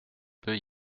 peut